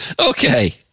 Okay